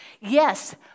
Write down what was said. Yes